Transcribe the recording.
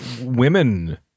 women